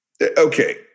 okay